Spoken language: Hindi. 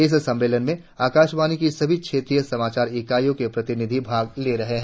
इस सम्मेलन में आकाशवाणी की सभी क्षेत्रिय समाचार इकाईयों के प्रतिनिधि भाग ले रहे है